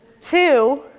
two